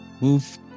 Move